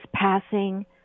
passing